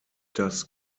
das